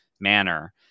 manner